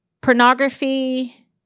pornography